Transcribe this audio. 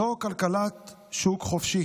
זו כלכלת שוק חופשי